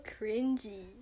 cringy